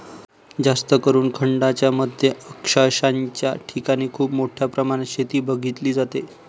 जास्तकरून खंडांच्या मध्य अक्षांशाच्या ठिकाणी खूप मोठ्या प्रमाणात शेती बघितली जाते